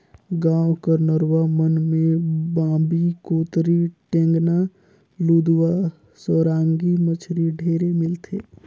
गाँव कर नरूवा मन में बांबी, कोतरी, टेंगना, लुदवा, सरांगी मछरी ढेरे मिलथे